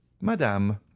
Madame